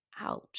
Ouch